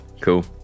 Cool